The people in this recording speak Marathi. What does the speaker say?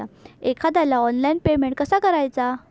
एखाद्याला ऑनलाइन पेमेंट कसा करायचा?